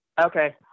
Okay